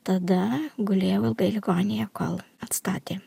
tada gulėjau ilgai ligoninėje kol atstatė